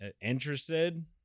interested